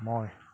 মই